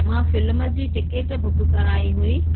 मां फिल्म जी ticket book कराई हुई